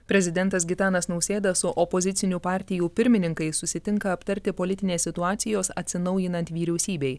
prezidentas gitanas nausėda su opozicinių partijų pirmininkais susitinka aptarti politinės situacijos atsinaujinant vyriausybei